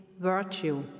Virtue